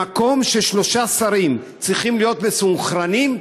במקום ששלושה שרים צריכים להיות מסונכרנים,